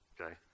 okay